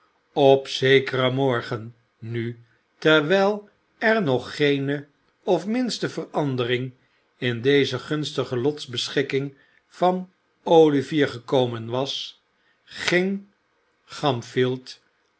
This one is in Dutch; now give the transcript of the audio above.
op zekeren morgen nu terwijl er nog geene de minste verandering in deze gunstige lotsbeschikking van olivier gekomen was ging oamfield